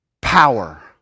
Power